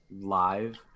live